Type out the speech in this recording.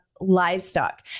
Livestock